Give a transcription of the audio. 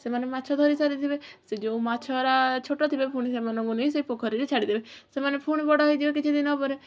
ସେମାନେ ମାଛ ଧରି ଚାରିଯିବେ ସେ ଯେଉଁ ମାଛଗୁଡ଼ା ଛୋଟ ଥିବେ ପୁଣି ସେମାନଙ୍କୁ ନେଇ ସେଇ ପୋଖରୀରେ ଛାଡ଼ିଦେବେ ସେମାନେ ପୁଣି ବଡ଼ ହେଇଯିବେ କିଛି ଦିନ ପରେ